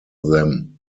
them